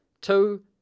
Two